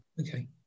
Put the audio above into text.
Okay